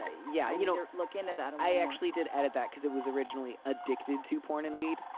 ah yeah. you know, look into that. i actually did edit that because it was originally addicted to porn and weed.